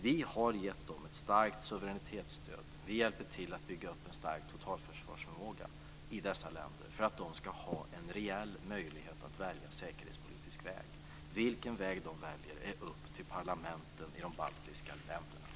Vi har gett dem ett starkt suveränitetsstöd, och vi hjälper till att bygga upp en stark totalförsvarsförmåga i dessa länder för att de ska ha en reell möjlighet att välja säkerhetspolitisk väg. Vilken väg de väljer är upp till parlamenten i de baltiska länderna.